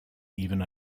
even